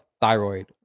thyroid